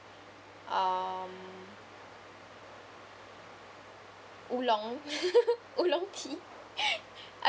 um oolong oolong tea